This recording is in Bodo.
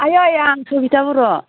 आयै आं सबिथा बर'